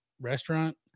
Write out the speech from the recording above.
restaurant